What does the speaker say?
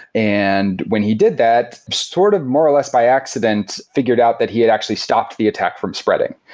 and when he did that, sort of more or less by accident figured out that he had actually stopped the attack from spreading.